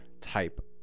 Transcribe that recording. type